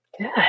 Good